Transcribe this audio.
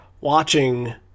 watching